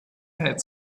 had